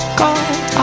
god